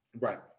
Right